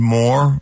more